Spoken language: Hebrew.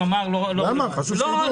למה, חשוב שיידעו.